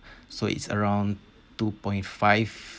so it's around two point five